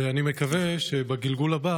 ואני מקווה שבגלגול הבא